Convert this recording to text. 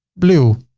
blue.